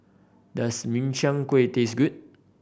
does Min Chiang Kueh taste good